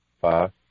Five